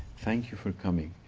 thank you for coming.